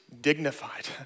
dignified